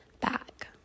back